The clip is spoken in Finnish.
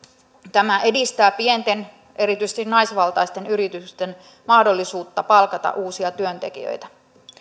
tämä edistää pienten erityisesti naisvaltaisten yritysten mahdollisuutta palkata uusia työntekijöitä